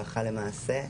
הלכה למעשה,